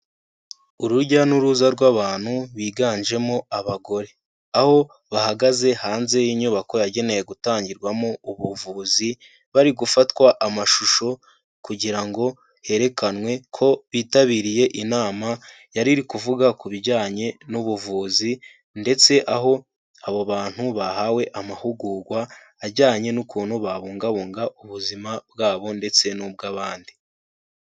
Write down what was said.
Urujya n'uruza rw'abantu biganjemo abagore. Aho bahagaze hanze y'inyubako yagenewe gutangirwamo ubuvuzi, bari gufatwa amashusho kugira ngo herekanwe ko bitabiriye inama yari iri kuvuga ku bijyanye n'ubuvuzi ndetse aho abo bantu bahawe amahugurwa, ajyanye n'ukuntu babungabunga ubuzima bwabo ndetse n'ubw'abandi.